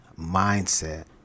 mindset